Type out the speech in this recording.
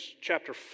chapter